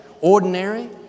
ordinary